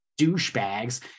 douchebags